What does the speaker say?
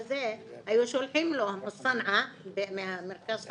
היו שולחים לו ממרכז צנעא,